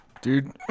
Dude